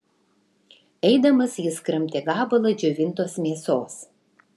eidamas jis kramtė gabalą džiovintos mėsos